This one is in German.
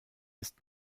ist